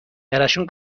براشون